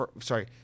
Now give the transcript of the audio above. sorry